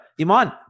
Iman